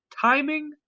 timing